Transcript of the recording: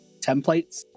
templates